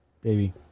Baby